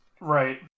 Right